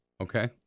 Okay